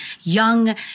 young